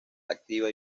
activa